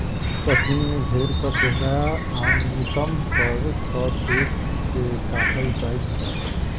crutching मे भेंड़क चेहरा आ नितंब पर सॅ केश के काटल जाइत छैक